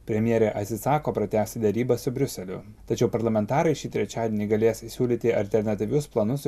premjerė atsisako pratęsti derybas su briuseliu tačiau parlamentarai šį trečiadienį galės siūlyti alternatyvius planus